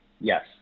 yes